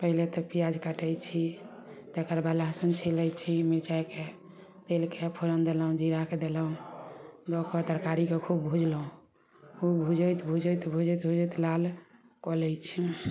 पहिले तऽ पियाज काटै छी तकर बाद लहसुन छिलै छी मिरचाइके तेलके फोड़न देलहुॅं जीराके देलहुॅं दऽके तरकारीके खूब भुजलौ खूब भुजैत भुजैत भुजैत भुजैत लाल कऽ लै छी